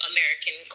American